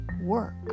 work